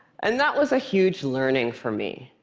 and that was a huge learning for me.